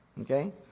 okay